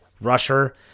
rusher